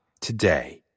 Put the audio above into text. today